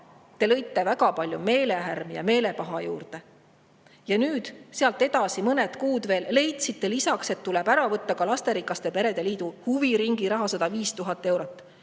Te lõite väga palju meelehärmi ja meelepaha juurde. Ja nüüd, sealt edasi mõned kuud veel, leidsite lisaks, et tuleb ära võtta ka lasterikaste perede liidu huviringiraha 105 000 eurot.